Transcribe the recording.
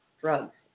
drugs